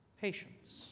patience